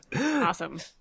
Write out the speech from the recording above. Awesome